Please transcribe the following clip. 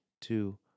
two